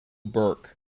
burke